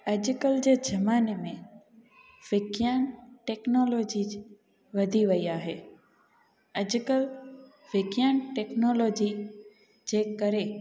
अॼुकल्ह जे ज़माने में विज्ञान टेक्नोलॉजी वधी वई आहे अॼुकल्ह विज्ञान टेक्नोलॉजी जे करे